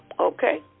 Okay